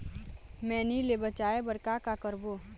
मैनी ले बचाए बर का का करबो?